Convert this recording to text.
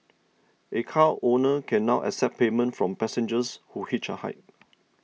a car owner can now accept payment from passengers who hitch a ride